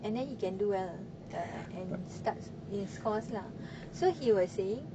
and then he can do well uh and and starts in his course lah so he was saying